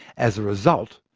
as a result,